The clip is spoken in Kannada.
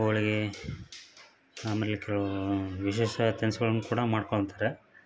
ಹೋಳಿಗೆ ಆಮೇಲೆ ಕೆಲವು ವಿಶೇಷ ತಿನಿಸುಗಳನ್ನು ಕೂಡ ಮಾಡ್ಕೊತಾರೆ